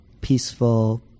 peaceful